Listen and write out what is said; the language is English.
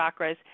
chakras